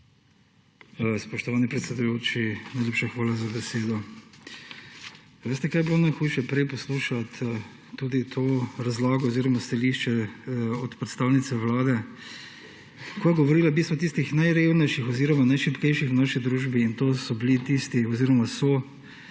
Spoštovani predsedujoči, najlepša hvala za besedo. Veste, kaj je bilo najhujše prej poslušati v razlagi oziroma stališču predstavnice Vlade? Ko je govorila o tistih najrevnejših oziroma najšibkejših v naši družbi. To so upokojenke